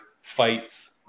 fights